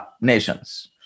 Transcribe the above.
nations